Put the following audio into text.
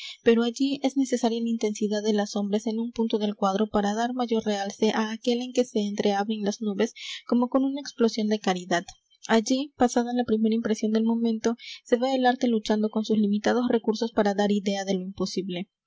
pero allí es necesaria la intensidad de las sombras en un punto del cuadro para dar mayor realce á aquel en que se entreabren las nubes como con una explosión de claridad allí pasada la primera impresión del momento se ve el arte luchando con sus limitados recursos para dar idea de lo imposible